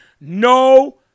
No